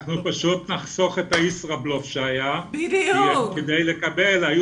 אנחנו פשוט נחסוך את הישראבלוף שהיה שכדי לקבל היו